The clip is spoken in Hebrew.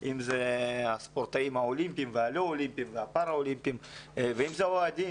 ספורטאים אולימפיים ופראולימפיים ואוהדים